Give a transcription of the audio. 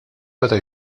beda